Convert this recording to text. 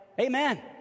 Amen